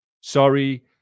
Sorry